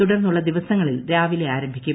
തുടർന്നുള്ള ദിവസങ്ങളിൽ രാവിലെ ആരംഭിക്കും